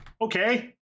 okay